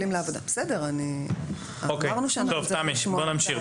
בואי נמשיך.